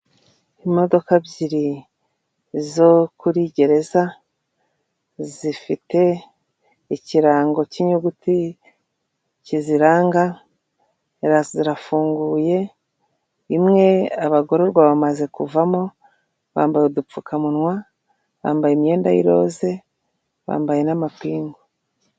Imodoka ebyiri zo kuri gereza, zifite ikirango k'inyuguti kiziranga, zirafunguye rimwe abagororwa bamaze kuvamo, bambara udupfukamunwa bambaye imyenda y'roze bambaye n'amapingu.